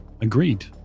Agreed